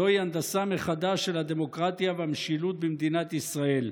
זוהי הנדסה מחדש של הדמוקרטיה והמשילות במדינת ישראל.